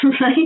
right